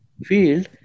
field